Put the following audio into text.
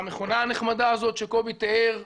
המכונה הנחמדה הזאת שקובי תיאר,